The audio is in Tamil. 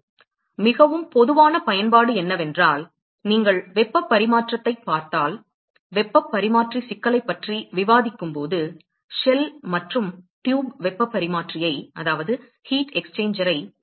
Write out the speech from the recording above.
எனவே மிகவும் பொதுவான பயன்பாடு என்னவென்றால் நீங்கள் வெப்பப் பரிமாற்றியைப் பார்த்தால் வெப்பப் பரிமாற்றி சிக்கலைப் பற்றி விவாதிக்கும்போது ஷெல் மற்றும் குழாய் வெப்பப் பரிமாற்றியைப்